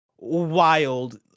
wild